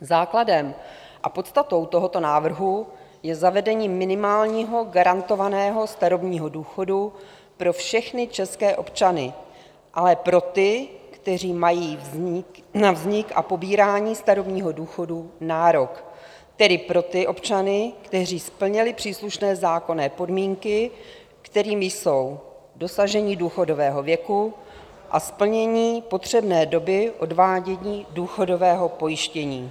Základem a podstatou tohoto návrhu je zavedení minimálního garantovaného starobního důchodu pro všechny české občany, ale pro ty, kteří mají na vznik a pobírání starobního důchodu nárok, tedy pro ty občany, kteří splnili příslušné zákonné podmínky, kterými jsou dosažení důchodového věku a splnění potřebné doby odvádění důchodového pojištění.